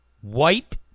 white